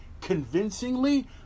convincingly